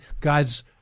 God's